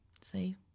See